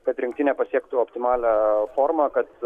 kad rinktinė pasiektų optimalią formą kad